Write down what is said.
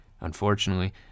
Unfortunately